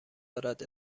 دارد